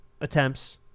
attempts